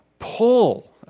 pull